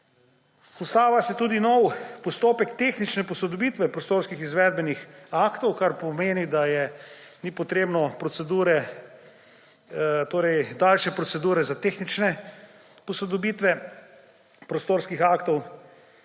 Vzpostavlja se tudi nov postopek tehnične posodobitve prostorskih izvedbenih aktov, kar pomeni, da ni potrebno daljše procedure za tehnične posodobitve prostorskih aktov.